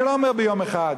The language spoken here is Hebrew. אני לא אומר ביום אחד,